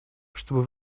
чтобы